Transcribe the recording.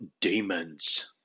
demons